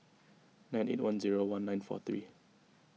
nine eight one zero one nine four three